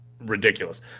ridiculous